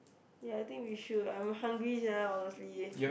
ya I think we should I'm hungry sia honestly